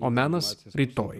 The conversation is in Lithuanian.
o menas rytoj